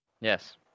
yes